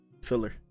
filler